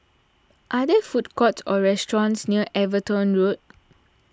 are there food courts or restaurants near Everton Road